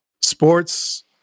sports